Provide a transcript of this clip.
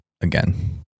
again